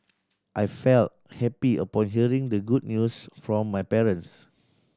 I felt happy upon hearing the good news from my parents